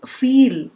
feel